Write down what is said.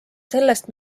sellest